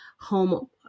home